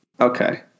Okay